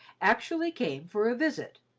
actually came for a visit,